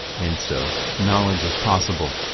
and so, knowledge is possible.